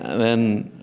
then,